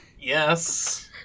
Yes